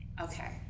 Okay